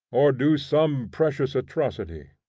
or do some precious atrocity.